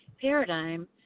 paradigm